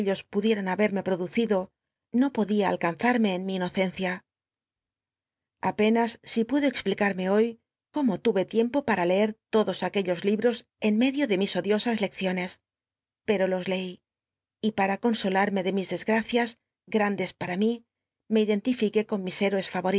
pudieran haberme producido no poclia alcanzarme en mi inocencia a penas si puedo explic umc hoy cómo tu re tiempo para lee r todos aquellos libros en medio de mis odiosas lecciones pero los leí y pma consolarme de mis desgracias grandes para mí me iden tifiqué con mis héroes